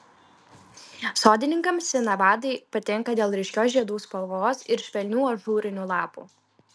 sodininkams sinavadai patinka dėl ryškios žiedų spalvos ir švelnių ažūrinių lapų